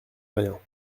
rien